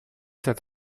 cet